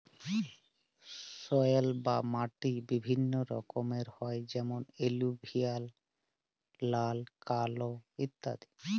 soil বা মাটি বিভিল্য রকমের হ্যয় যেমন এলুভিয়াল, লাল, কাল ইত্যাদি